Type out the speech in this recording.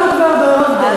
אבל העברנו כבר ברוב דעות.